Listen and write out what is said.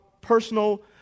personal